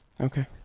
okay